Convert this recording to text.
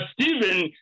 Stephen